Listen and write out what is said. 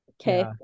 okay